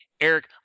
Eric